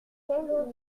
auquel